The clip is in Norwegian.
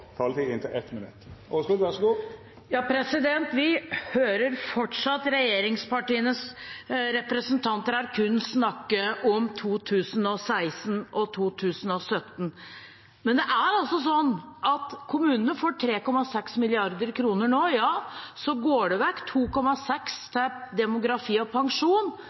Vi hører fortsatt regjeringspartienes representanter her kun snakke om 2016 og 2017. Men det er altså sånn at når kommunene nå får 3,6 mrd. kr, går det vekk 2,6 mrd. kr til demografi og pensjon.